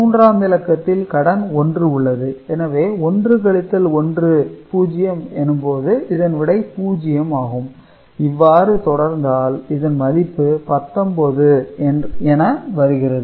மூன்றாம் இலக்கத்தில் கடன் 1 உள்ளது எனவே 1 கழித்தல் 1 கழித்தல் 0 எனும்போது இதன் விடை 0 ஆகும் இவ்வாறு தொடர்ந்தால் இதன் மதிப்பு 19 என வருகிறது